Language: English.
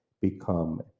become